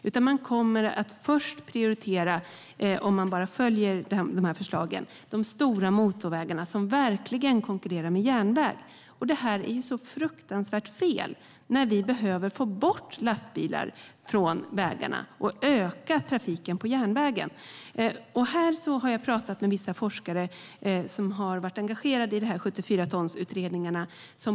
Om man följer förslagen kommer man först att prioritera de stora motorvägarna som verkligen konkurrerar med järnväg. Det är fruktansvärt fel när vi behöver få bort lastbilar från vägarna och öka trafiken på järnvägen. Här har jag talat med vissa forskare som har varit engagerade i utredningarna om 74 ton.